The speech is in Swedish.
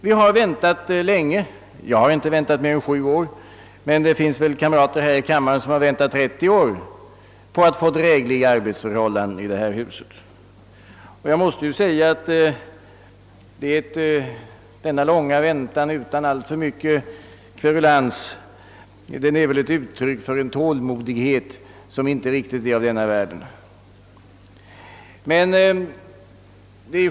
Vi har väntat länge — själv har jag hara väntat sju år, men det finns kamrater här i kammaren som har väntat 30 år — på att få drägliga arbetsförhållanden i detta hus. Denna långa väntan utan alltför mycken kverulans är ett uttryck för en tålmodighet, som knappast är av denna världen.